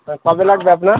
তা কবে লাগবে আপনার